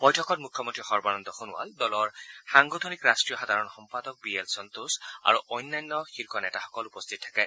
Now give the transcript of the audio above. বৈঠকত মুখ্যমন্ত্ৰী সৰ্বানন্দ সোণোৱাল দলৰ সাংগঠনিক ৰাষ্ট্ৰীয় সাধাৰণ সম্পাদক বি এল সন্তোষ আৰু অন্যান্য শীৰ্ষ নেতাসকল উপস্থিত থাকে